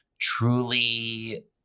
truly